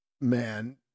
man